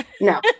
no